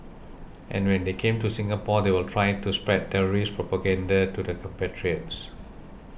and when they come to Singapore they will try to spread terrorist propaganda to their compatriots